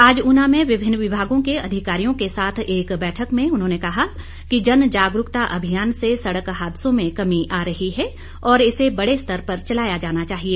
आज ऊना में विभिन्न विभागों के अधिकारियों के साथ एक बैठक में उन्होंने कहा कि जनजागरूकता अभियान से सड़क हादसों में कमी आ रही है और इसे बड़े स्तर पर चलाया जाना चाहिए